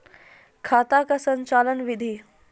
खाता का संचालन बिधि?